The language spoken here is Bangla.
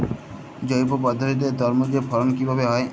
জৈব পদ্ধতিতে তরমুজের ফলন কিভাবে হয়?